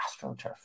astroturf